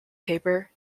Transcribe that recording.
paper